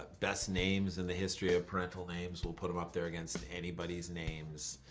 best names in the history of parental names, we'll put em up there against anybody's names.